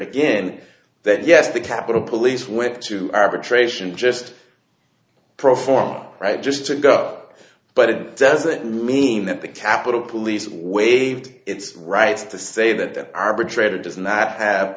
again that yes the capitol police went to arbitration just pro forma right just to go but it doesn't mean that the capitol police waived its rights to say that arbitrator does not have